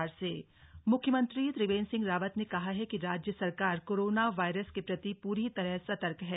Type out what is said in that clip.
सतर्कता मुख्यमंत्री त्रिवेंद्र सिंह रावत ने कहा है कि राज्य सरकार कोरोना वायरस के प्रति पूरी तरह सतर्क है